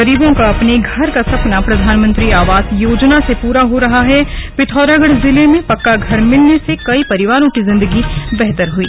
गरीबों का अपने घर का सपना प्रधानमंत्री आवास योजना से पूरा हो रहा हैपिथौरागढ़ जिले में पक्का घर मिलने से कई परिवारों की जिन्दगी बेहतर हुई